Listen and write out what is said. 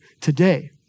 today